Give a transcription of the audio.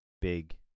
big